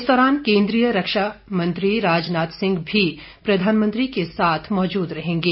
इस दौरान केन्द्रीय रक्षामंत्री राजनाथ सिंह भी प्रधानमंत्री के साथ मौजूद रहेंगे